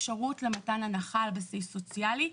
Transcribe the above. אפשרות למתן הנחה על בסיס סוציאלי.